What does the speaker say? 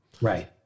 Right